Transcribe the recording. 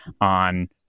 on